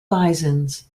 bisons